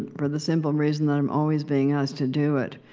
for the simple reason that i'm always being asked to do it.